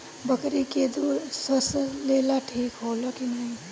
बकरी के दूध स्वास्थ्य के लेल ठीक होला कि ना?